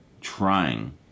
trying